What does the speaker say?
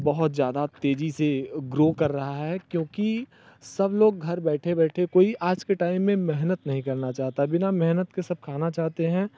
बहुत ज़्यादा तेज़ी से ग्रो कर रहा है क्योंकि सब लोग घर बैठे बैठे कोई आज के टाइम में मेहनत नहीं करना चाहता बिना मेहनत के सब खाना चाहते हैं